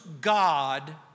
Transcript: God